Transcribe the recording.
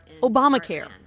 Obamacare